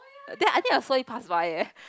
then I think I saw you pass by leh